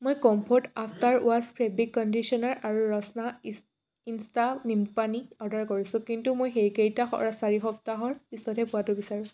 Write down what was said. মই comfort after wash fabric conditioner আৰু Rasna Insta নিম্বুপানী অৰ্ডাৰ কৰিছোঁ কিন্তু মই সেইকেইটা চাৰি সপ্তাহৰ পিছতহে পোৱাটো বিচাৰোঁ